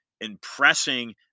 impressing